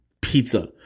pizza